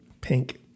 Pink